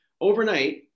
Overnight